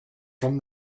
from